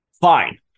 Fine